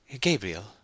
Gabriel